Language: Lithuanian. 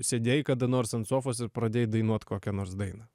sėdėjai kada nors ant sofos ir pradėjai dainuot kokią nors dainą